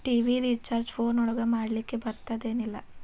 TV recharge phone ಒಳಗ ಮಾಡ್ಲಿಕ್ ಬರ್ತಾದ ಏನ್ ಇಲ್ಲ?